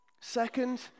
Second